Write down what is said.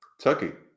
Turkey